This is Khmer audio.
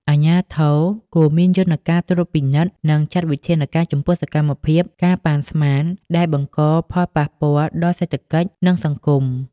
អាជ្ញាធរគួរមានយន្តការត្រួតពិនិត្យ និងចាត់វិធានការចំពោះសកម្មភាព ការប៉ាន់ស្មាន ដែលបង្កផលប៉ះពាល់ដល់សេដ្ឋកិច្ច និងសង្គម។